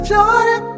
Jordan